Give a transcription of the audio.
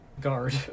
guard